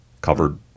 covered